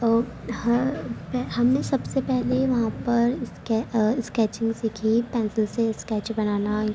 ہم نے سب سے پہلے وہاں پر اس کے اسکیچنگ سیکھی پینسل سے اسکیچ بنانا